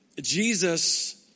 Jesus